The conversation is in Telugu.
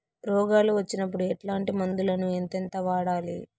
రోగాలు వచ్చినప్పుడు ఎట్లాంటి మందులను ఎంతెంత వాడాలి?